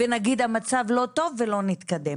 נגיד שהמצב לא טוב ולא נתקדם.